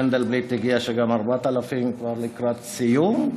מנדלבליט הודיע שגם 4000 כבר לקראת סיום,